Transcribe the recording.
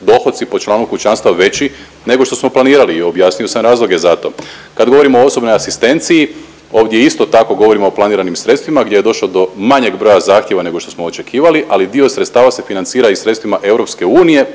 dohoci po članu kućanstva veći nego što smo planirali i objasnio sam razloge za to. Kad govorimo o osobnoj asistenciji, ovdje isto tako govorimo o planiranim sredstvima gdje je došlo do manjeg broja zahtjeva nego što smo očekivali, ali dio sredstava se financira i sredstvima EU,